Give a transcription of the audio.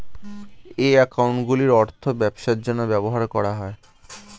এই অ্যাকাউন্টগুলির অর্থ ব্যবসার জন্য ব্যবহার করা হয়